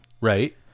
right